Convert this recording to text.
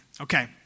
Okay